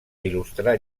il·lustrar